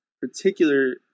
particular